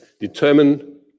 determine